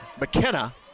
McKenna